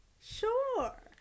Sure